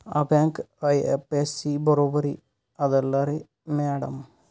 ಆ bank IFSC ಬರೊಬರಿ ಅದಲಾರಿ ಮ್ಯಾಡಂ?